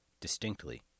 distinctly